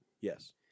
Yes